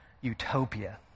utopia